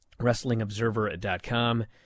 WrestlingObserver.com